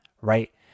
right